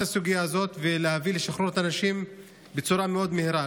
הסוגיה הזאת ולהביא לשחרור האנשים בצורה מאוד מהירה.